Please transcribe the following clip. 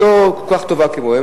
לא כל כך טובה כמוה,